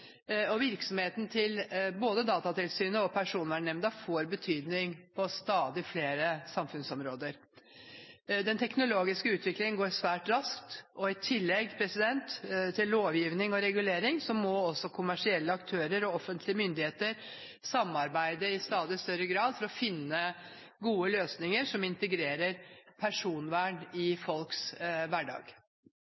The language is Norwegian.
utviklingen. Virksomheten til Datatilsynet og Personvernnemnda får betydning på stadig flere samfunnsområder. Den teknologiske utviklingen går svært raskt, og i tillegg til lovgivning og regulering må også kommersielle aktører og offentlige myndigheter samarbeide i stadig større grad for å finne gode løsninger som integrerer personvern i